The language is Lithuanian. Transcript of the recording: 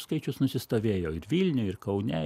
skaičius nusistovėjo ir vilniuj ir kaune